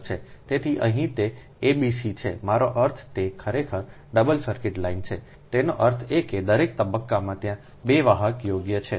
તેથી અહીં તે abc છે મારો અર્થ તે ખરેખર ડબલ સર્કિટ લાઇન છેતેનો અર્થ એ કે દરેક તબક્કામાં ત્યાં 2 વાહક યોગ્ય છે